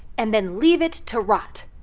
and then leave it to rot.